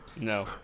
No